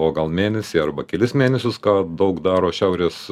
o gal mėnesį arba kelis mėnesius ką daug daro šiaurės